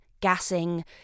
gassing